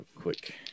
quick